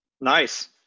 Nice